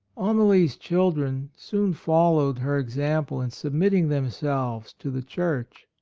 amalie's children soon followed her example in submitting them selves to the church.